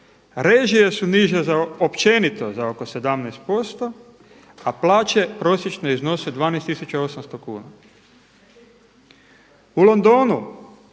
režije su niže općenito za oko 17% a plaće prosječne iznose 12 800 kuna. U Londonu